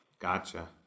Gotcha